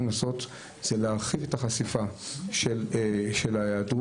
לעשות הוא להרחיק את החשיפה של ההיעדרות,